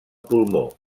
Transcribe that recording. pulmó